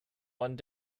one